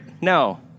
No